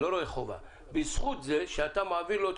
אני לא רואה חובה בזכות זה שאתה מעביר לו את